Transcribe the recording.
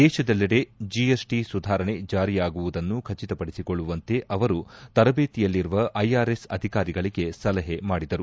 ದೇಶದೆಲ್ಲೆಡೆ ಜಿಎಸ್ಟ ಸುಧಾರಣೆ ಜಾರಿಯಾಗುವುದನ್ನು ಬಚಿತಪಡಿಸಿಕೊಳ್ಲುವಂತೆ ಅವರು ತರಬೇತಿಯಲ್ಲಿರುವ ಐಆರ್ಎಸ್ ಅಧಿಕಾರಿಗಳಿಗೆ ಸಲಹೆ ಮಾಡಿದರು